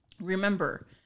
Remember